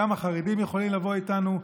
גם החרדים יכולים לבוא איתנו,